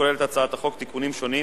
כוללת הצעת החוק תיקונים שונים